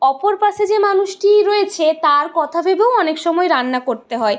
অপর পাশে যে মানুষটি রয়েছে তার কথা ভেবেও অনেক সময় রান্না করতে হয়